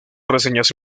reseñas